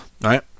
right